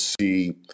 see